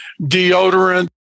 deodorant